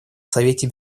совете